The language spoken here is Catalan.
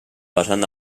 vessant